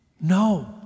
No